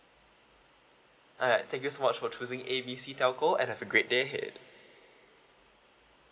alright thank you so much for choosing A B C telco and have a great day ahead